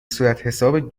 صورتحساب